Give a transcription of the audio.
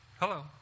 Hello